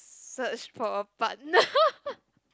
search for a partner